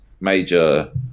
major